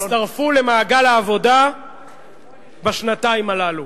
הצטרפו למעגל העבודה בשנתיים האלה.